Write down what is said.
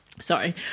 Sorry